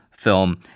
film